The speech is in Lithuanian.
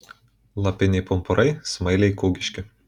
lapiniai pumpurai smailai kūgiški